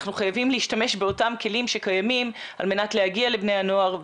אנחנו חייבים להשתמש באותם כלים שקיימים על מנת להגיע לבני הנוער,